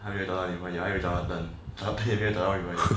还没有找到女朋友还有 jonathan 还有佩佩没有找到女朋友